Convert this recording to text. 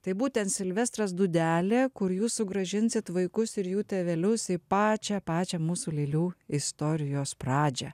tai būtent silvestras dūdelė kur jūs sugrąžinsit vaikus ir jų tėvelius į pačią pačią mūsų lėlių istorijos pradžią